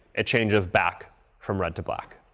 it changes back from red to black.